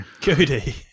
goody